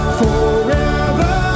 forever